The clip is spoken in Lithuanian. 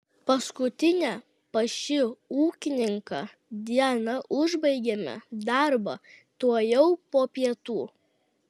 paskutinę pas šį ūkininką dieną užbaigėme darbą tuojau po pietų